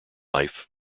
life